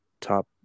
top